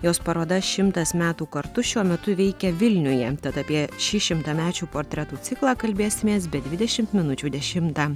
jos paroda šimtas metų kartu šiuo metu veikia vilniuje tad apie šį šimtamečių portretų ciklą kalbėsimės be dvidešimt minučių dešimtą